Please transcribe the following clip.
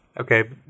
okay